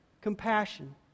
compassion